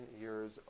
years